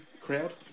crowd